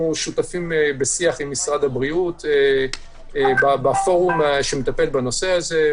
שותפים בשיח עם משרד הבריאות בפורום שמטפל בנושא הזה.